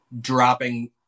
dropping